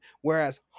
whereas